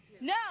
No